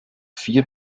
vier